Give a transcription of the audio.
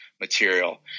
material